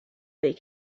they